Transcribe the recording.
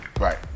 Right